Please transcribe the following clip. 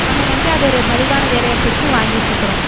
நம்ம வந்து அது ஒரு மலிவான விலையை கொடுத்து வாங்கிட்டுருக்கறோம்